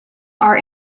are